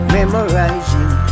Memorizing